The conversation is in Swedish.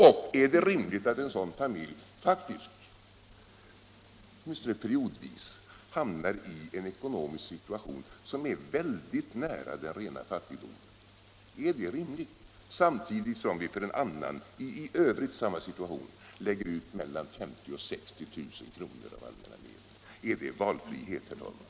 Och är det rimligt att en sådan familj faktiskt, åtminstone periodvis, hamnar i en ekonomisk situation som är väldigt nära den rena fattigdomen, samtidigt som vi för en annan i samma situation lägger ut mellan 50 000 och 60 000 kr. av allmänna medel? Är det valfrihet, herr talman?